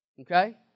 Okay